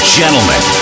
gentlemen